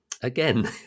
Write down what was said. Again